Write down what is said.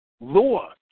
law